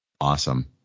Awesome